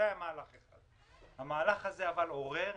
זה היה מהלך אחד, אבל הוא עורר